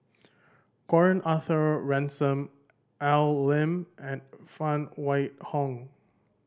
Gordon Arthur Ransome Al Lim and Phan Wait Hong